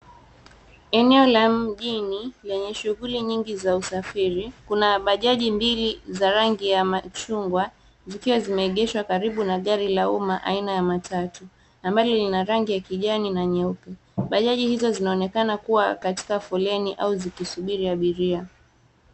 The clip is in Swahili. Eneo la mjini lenye shughuli nyingi za usafiri. Kuna bajaji mbili za rangi ya machungwa zikiwa zimeegeshwa karibu na gari la uma aina ya matatu, ambalo lina rangi ya kijani na nyeupe. Bajaji hizo zinaonekana kuwa katika foleni au zikisubiri abiria.